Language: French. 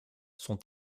son